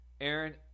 Aaron